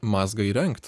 mazgą įrengt